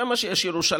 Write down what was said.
זה מה שיש על ירושלים.